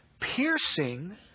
piercing